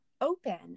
open